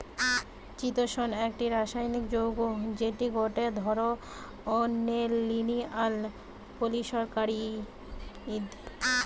চিতোষণ একটি রাসায়নিক যৌগ্য যেটি গটে ধরণের লিনিয়ার পলিসাকারীদ